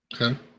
Okay